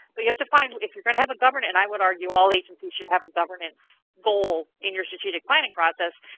but you have to find, if you're going to have a governance and i would argue all agencies should have a governance goal in your strategic planning process.